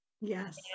Yes